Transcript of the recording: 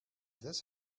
this